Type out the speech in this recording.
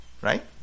right